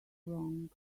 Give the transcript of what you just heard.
wrong